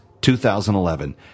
2011